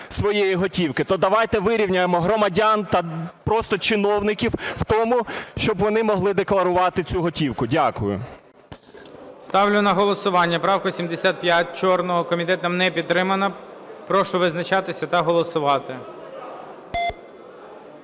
своєї готівки. То давайте вирівняємо громадян та просто чиновників в тому, щоб вони могли декларувати цю готівку. Дякую. ГОЛОВУЮЧИЙ. Ставлю на голосування правку 75 Чорного. Комітетом не підтримана. Прошу визначатися та голосувати.